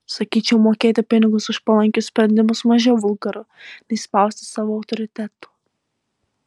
sakyčiau mokėti pinigus už palankius sprendimus mažiau vulgaru nei spausti savu autoritetu